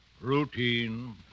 Routine